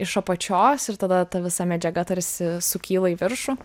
iš apačios ir tada ta visa medžiaga tarsi sukyla į viršų